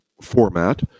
format